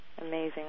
amazing